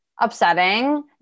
upsetting